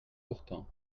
pourtant